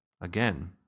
Again